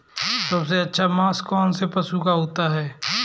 सबसे अच्छा मांस कौनसे पशु का होता है?